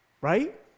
right